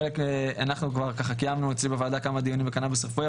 על חלק כבר קיימנו אצלי בוועדה כמה דיונים בעניין הקנאביס הרפואי,